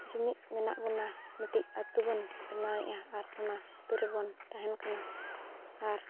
ᱡᱩᱢᱤᱫ ᱢᱮᱱᱟᱜ ᱵᱚᱱᱟ ᱢᱤᱫᱴᱤᱡ ᱟᱹᱛᱩᱵᱚᱱ ᱵᱮᱱᱟᱣ ᱮᱫᱟ ᱟᱨ ᱚᱱᱟ ᱟᱹᱛᱩ ᱨᱮᱵᱚᱱ ᱛᱟᱦᱮᱱ ᱠᱟᱱᱟ ᱟᱨ